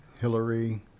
Hillary